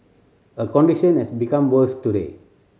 her condition has become worse today